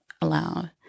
aloud